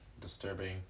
disturbing